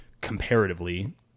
comparatively